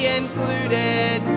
included